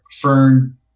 fern